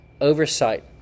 oversight